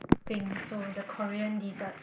bingsu so the Korean dessert